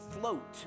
float